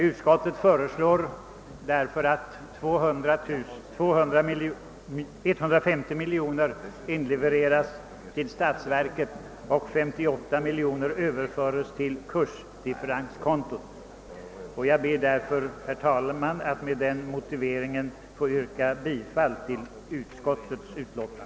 Utskottet föreslår därför att 150 miljoner kronor inlevereras till statsverket och att 58 miljoner kronor överförs till kursdifferenskontot. Herr talman! Med den anförda motiveringen ber jag att få yrka bifall till utskottets hemställan.